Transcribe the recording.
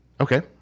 Okay